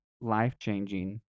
life-changing